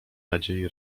nadziei